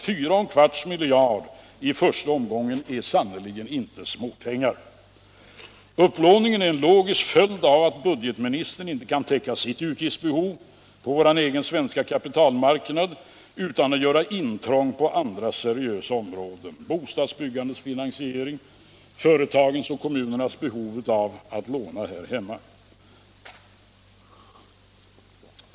4,25 miljarder kronor i första omgången är sannerligen inte småpengar. Upplåningen är en logisk följd av att budgetministern inte kan täcka sitt utgiftsbehov på vår egen svenska kapitalmarknad utan att göra intrång på andra seriösa områden — bostadsbyggandets finansiering, företagens och kommunernas behov av att låna här hemma etc.